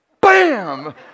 BAM